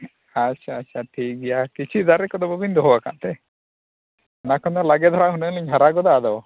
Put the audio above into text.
ᱟᱪᱪᱷᱟ ᱟᱪᱪᱷᱟ ᱴᱷᱤᱠ ᱜᱮᱭᱟ ᱠᱤᱪᱷᱩ ᱫᱟᱨᱮ ᱠᱚᱫᱚ ᱵᱟᱹᱵᱤᱱ ᱫᱚᱦᱚ ᱟᱠᱟᱫ ᱛᱮ ᱚᱱᱟ ᱠᱷᱚᱱ ᱫᱚ ᱞᱟᱸᱜᱮ ᱫᱷᱟᱨᱟ ᱦᱩᱱᱟᱹᱝ ᱞᱤᱧ ᱦᱟᱨᱟ ᱜᱚᱫᱟ ᱟᱫᱚ